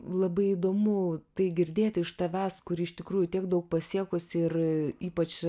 labai įdomu tai girdėti iš tavęs kuri iš tikrųjų tiek daug pasiekusi ir ypač